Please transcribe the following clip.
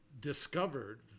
discovered